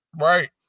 right